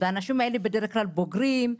והאנשים האלה בדרך כלל בוגרים,